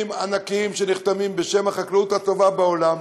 ענקיים שנחתמים בשם החקלאות הטובה בעולם,